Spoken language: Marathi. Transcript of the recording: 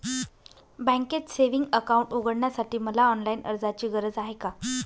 बँकेत सेविंग्स अकाउंट उघडण्यासाठी मला ऑनलाईन अर्जाची गरज आहे का?